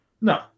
No